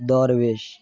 দরবেশ